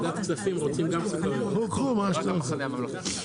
המחנה הממלכתי.